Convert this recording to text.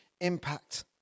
impact